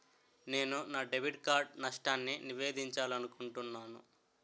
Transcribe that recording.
నేను నా debit card నష్టాన్ని నివేదించాలనుకుంటున్నాను